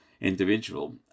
individual